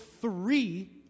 three